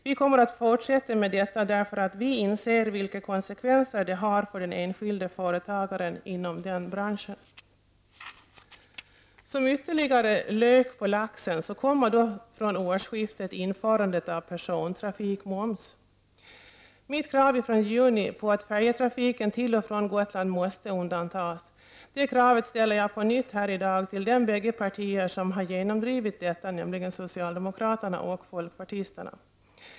Vi kommer att fortsätta med det, därför att vi inser vilka konsekvenser denna har för den enskilde företagaren inom denna bransch. Som ytterligare lök på laxen kommer från årsskiftet införandet av persontrafikmoms. Mitt krav från juni på att färjetrafiken till och från Gotland måste undantas ställer jag på nytt här i dag till de båda partier som genomdrivit skatteomläggningen, nämligen socialdemokrater och folkpartister.